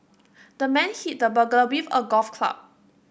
the man hit the burglar with a golf club